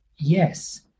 Yes